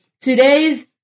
today's